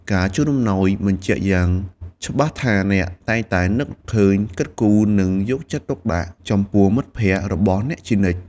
ការជូនអំណោយបញ្ជាក់យ៉ាងច្បាស់ថាអ្នកតែងតែនឹកឃើញ គិតគូរ និងយកចិត្តទុកដាក់ចំពោះមិត្តភក្តិរបស់អ្នកជានិច្ច។